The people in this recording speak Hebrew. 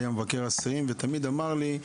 הוא היה מבקר אסירים ותמיד אמר לי: